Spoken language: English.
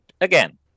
again